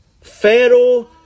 Pharaoh